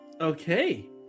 Okay